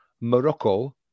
Morocco